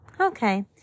Okay